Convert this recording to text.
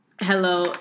Hello